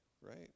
right